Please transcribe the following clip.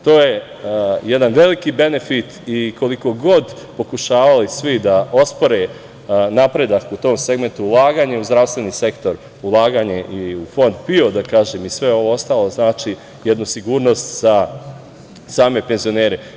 To je jedan veliki benefit i, koliko god pokušavali svi da ospore napredak u tom segmentu, ulaganje u zdravstveni sektor, ulaganje i u Fond PIO i sve ovo ostalo znači jednu sigurnost za same penzionere.